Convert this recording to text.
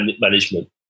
management